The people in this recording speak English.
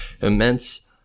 immense